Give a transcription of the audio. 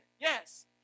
yes